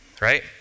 Right